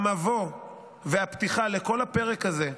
המבוא והפתיחה לכל הפרק הזה,